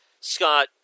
Scott